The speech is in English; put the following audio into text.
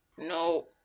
No